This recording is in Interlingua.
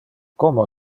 como